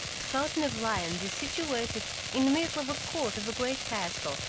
the fountain of lions is situated in the middle of a court of a great castle,